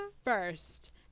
first